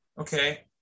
Okay